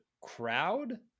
crowd